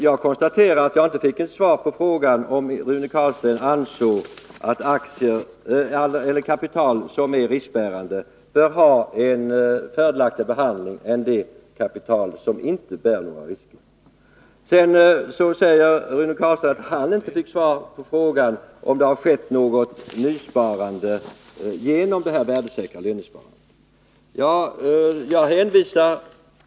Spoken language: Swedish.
Jag konstaterar att jag inte fick något svar på min fråga om Rune Carlstein anser att det kapital som är riskbärande bör få en fördelaktigare behandling än det kapital som inte bär några risker. Rune Carlstein påstod att han inte hade fått något svar på sin fråga om det hade skett något nysparande genom detta värdesäkra lönsparande.